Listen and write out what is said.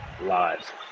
lives